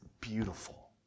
beautiful